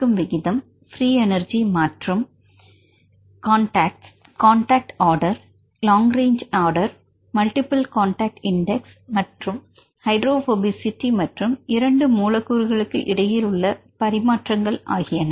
பரீட்னஸ் solvent accessibility குறைக்கும் விகிதம் மாணவர் பிரீ எனர்ஜி மாற்றம் பிரீ எனர்ஜி மாற்றம் கான்டக்ட் மற்றும் contact order long range order multiple contact index மற்றும் எடுத்துக்காட்டாக ஹைட்ரோ போபிசிடி மற்றும் 2 மூல கூறுகளுக்கு இடையில் உள்ள பரிமாற்றங்கள் ஆகியன